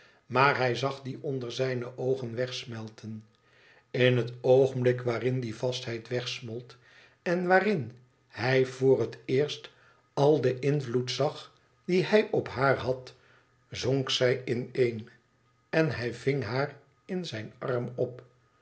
maar hij zag die onder zijne oogen wegsmelten in het oogenblik waarin die vastheid wegsmolt en waarin hij voor het eerst al den invloed zag dien hij op haar had zonk zij ineen en hij ving haar in zijn arm op